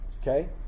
Okay